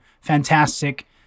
fantastic